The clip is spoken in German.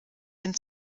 hin